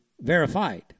verified